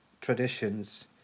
traditions